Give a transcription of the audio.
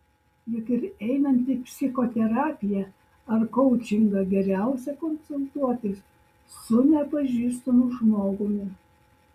juk ir einant į psichoterapiją ar koučingą geriausia konsultuotis su nepažįstamu žmogumi